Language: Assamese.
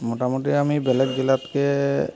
মোটামুটি আমি বেলেগ জিলাতকৈ